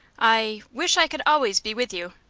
i wish i could always be with you.